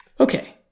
Okay